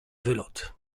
wylot